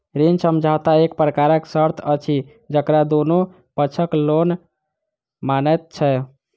ऋण समझौता एक प्रकारक शर्त अछि जकरा दुनू पक्षक लोक मानैत छै